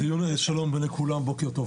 טוב שלום לכולם, בוקר טוב.